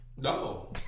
No